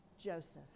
Joseph